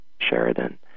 Sheridan